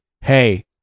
hey